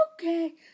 Okay